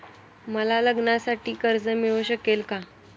मला लग्नासाठी कर्ज मिळू शकेल का?